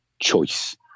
choice